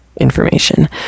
information